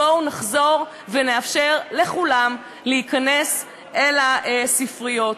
בואו נחזור ונאפשר לכולם להיכנס אל הספריות.